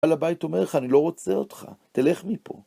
בעל הבית אומר לך, אני לא רוצה אותך, תלך מפה.